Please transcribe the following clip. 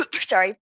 sorry